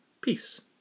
Peace